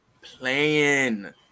playing